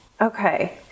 Okay